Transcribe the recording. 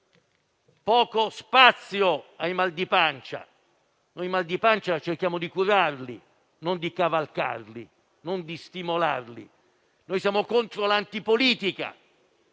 poco spazio ai mal di pancia: i mal di pancia cerchiamo di curarli, non di cavalcarli, non di stimolarli. Noi siamo contro l'antipolitica.